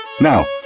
Now